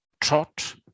trot